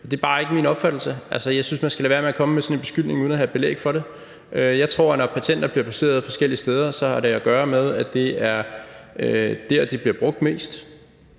Det er bare ikke min opfattelse. Altså, jeg synes, man skal lade være med at komme med sådan en beskyldning uden at have belæg for det. Jeg tror, at når patenter bliver placeret forskellige steder, har det at gøre med, at det er der, de bliver brugt mest,